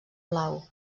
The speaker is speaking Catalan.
blau